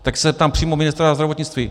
Tak se zeptám přímo ministra zdravotnictví.